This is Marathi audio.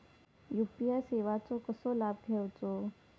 यू.पी.आय सेवाचो कसो लाभ घेवचो?